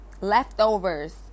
leftovers